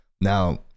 now